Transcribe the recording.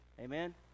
Amen